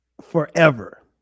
forever